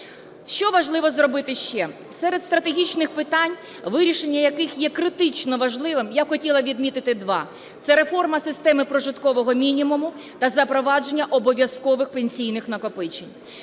Що важливо зробити ще? Серед стратегічних питань, вирішення яких є критично важливим, я б хотіла відмітити два: це реформа системи прожиткового мінімуму та запровадження обов'язкових пенсійних накопичень.